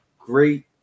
great